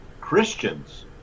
Christians